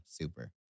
super